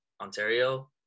Ontario